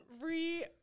re-